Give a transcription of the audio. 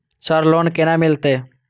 Sir loan केना मिलते?